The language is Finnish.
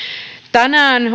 tänään